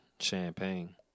Champagne